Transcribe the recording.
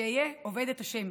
שאהיה עובד את ה'.